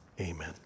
Amen